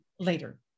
later